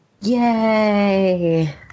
Yay